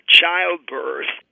childbirth